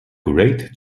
great